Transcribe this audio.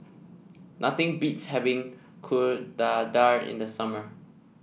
nothing beats having Kuih Dadar in the summer